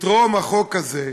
יתרום החוק הזה,